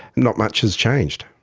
not much has changed.